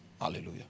Hallelujah